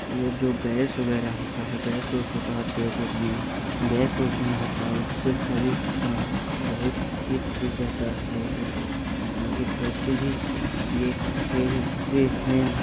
ये जो गैस वगैरह होता है गैस को सुधार पेट उट में गैस वैस नहीं होता उससे शरीर सन बहुत ही ठीक रहता है आगे चलके भी ये खेलते हैं